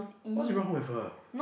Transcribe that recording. what's wrong with her